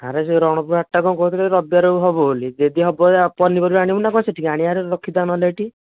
ଆରେ ସେ ରଣପୁର ହାଟଟା କ'ଣ କହୁଥିଲେ ରବିବାରକୁ ହେବ ବୋଲି ଯଦି ହେବ ଏ ପନିପରିବା ଆଣିବୁନା କ'ଣ ସେଠିକୁ ଆଣିବା ରଖିଥା ନହେଲେ ଏଇଠି